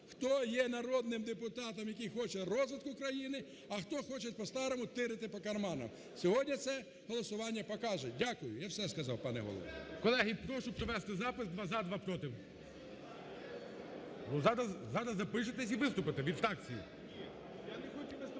хто є народним депутатом, який хоче розвитку країни, а хто хоче по-старому тирити по карманах. Сьогодні це голосування покаже. Дякую. Я все сказав, пане Голово. ГОЛОВУЮЧИЙ. Колеги, прошу провести запис: два – за, два – проти. Зараз запишетесь – і виступите від фракцій.